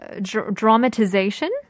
dramatization